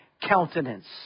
countenance